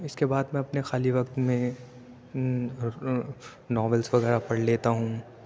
اِس کے بعد میں اپنے خالی وقت میں ناولس وغیرہ پڑھ لیتا ہوں